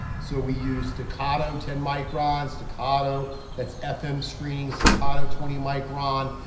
so we used staccato ten micron, staccato that's fm screening staccato twenty micron,